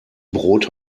brot